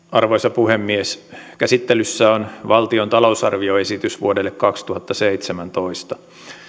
arvoisa puhemies käsittelyssä on valtion talousarvioesitys vuodelle kaksituhattaseitsemäntoista